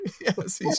yes